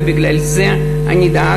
ובגלל זה דאגתי,